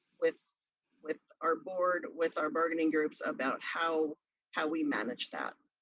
with with our board, with our bargaining groups, about how how we manage that.